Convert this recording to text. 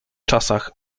czasach